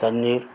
தண்ணீர்